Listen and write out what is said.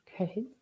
Okay